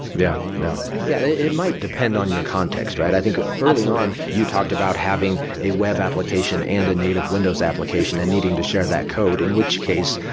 yeah yeah. yeah. it might depend on your context, right? i think, early on, you talked about having a web application and a native windows application and needing to share that code. in which case,